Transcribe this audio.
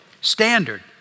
standard